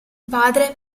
padre